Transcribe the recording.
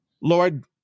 lord